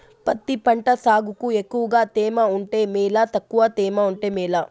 పత్తి పంట సాగుకు ఎక్కువగా తేమ ఉంటే మేలా తక్కువ తేమ ఉంటే మేలా?